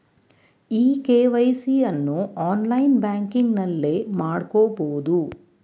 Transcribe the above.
E KYC ಅನ್ನು online ಬ್ಯಾಂಕಿಂಗ್ನಲ್ಲೇ ಮಾಡ್ಕೋಬೋದು